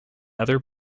other